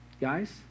guys